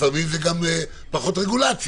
לפעמים זה גם פחות רגולציה,